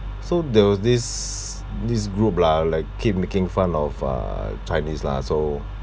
so there was this this group lah like keep making fun of uh chinese lah so